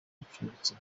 acumbitse